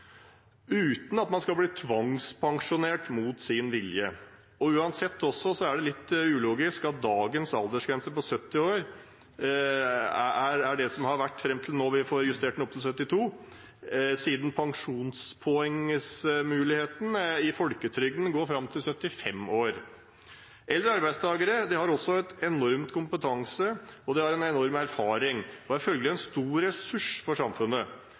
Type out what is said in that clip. uten at man skal bli «tvangspensjonert» mot sin vilje. Uansett er det litt ulogisk med dagens aldersgrense på 70 år, som er det som har vært fram til vi nå får justert den opp til 72 år, siden mulighetene for pensjonspoeng i folketrygden går fram til fylte 75 år. Eldre arbeidstakere har også en enorm kompetanse og erfaring og er følgelig en stor ressurs for samfunnet.